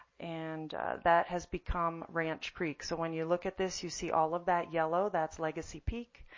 and that has become ranch creek. so when you look at this, you see all of that yellow. that's legacy peak.